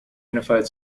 unified